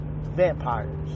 vampires